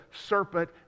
serpent